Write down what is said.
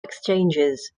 exchanges